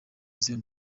zion